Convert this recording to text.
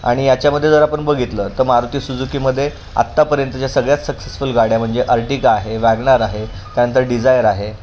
आणि याच्यामध्ये जर आपण बघितलं तर मारुती सुजुकीमध्ये आत्तापर्यंतच्या सगळ्यात सक्सेसफुल गाड्या म्हणजे अर्टिगा आहे वॅगनार आहे त्यानंतर डिझायर आहे